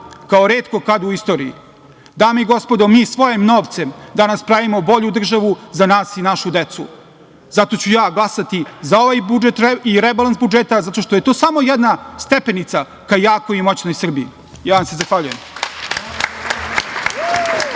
kao retko kada u istoriji. Dame i gospodo, mi svojim novcem danas pravimo bolju državu za nas i našu decu. Zato ću ja glasati za ovaj budžet i rebalans budžeta, zato što je to samo jedna stepenica ka jakoj i moćnoj Srbiji. Ja vam se zahvaljujem.